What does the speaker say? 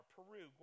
Peru